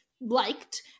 liked